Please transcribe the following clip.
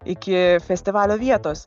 iki festivalio vietos